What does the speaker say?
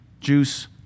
juice